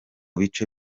bice